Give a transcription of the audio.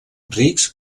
rics